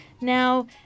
now